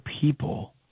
people